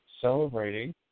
celebrating